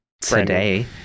today